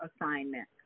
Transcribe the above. assignment